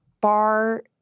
bar